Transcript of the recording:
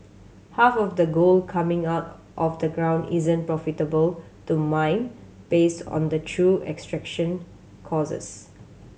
half of the gold coming out of the ground isn't profitable to mine based on the true extraction causes